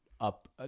up